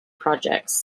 projects